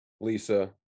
lisa